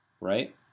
right